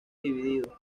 dividido